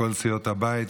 מכל סיעות הבית,